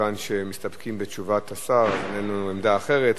מכיוון שמסתפקים בתשובת השר ואין לנו עמדה אחרת.